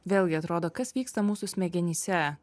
vėlgi atrodo kas vyksta mūsų smegenyse